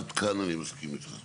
עד כאן אני מסכים איתך.